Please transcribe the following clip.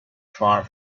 far